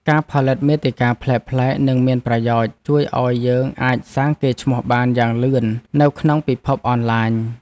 ការផលិតមាតិកាប្លែកៗនិងមានប្រយោជន៍ជួយឱ្យយើងអាចសាងកេរ្តិ៍ឈ្មោះបានយ៉ាងលឿននៅក្នុងពិភពអនឡាញ។